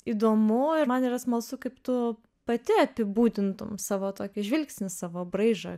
įdomu ir man yra smalsu kaip tu pati apibūdintum savo tokį žvilgsnį savo braižą